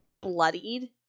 bloodied